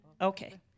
okay